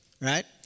right